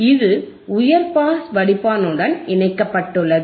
இது உயர் பாஸ் வடிப்பானுடன் இணைக்கப்பட்டுள்ளது